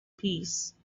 peace